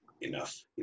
enough